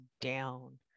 down